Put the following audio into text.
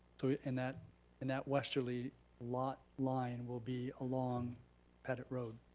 so and that and that westerly lot line will be along pettit road,